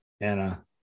Anna